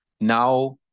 Now